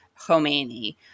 Khomeini